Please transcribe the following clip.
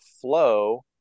flow